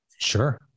Sure